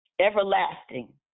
everlasting